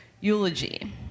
eulogy